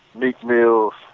meek mills.